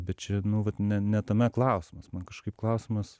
bet čia nu vat ne ne tame klausimas man kažkaip klausimas